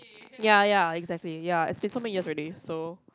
ya ya exactly ya it's been so many years already so